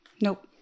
Nope